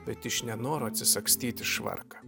bet iš nenoro atsisagstyti švarką